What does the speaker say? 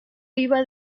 iba